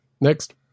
Next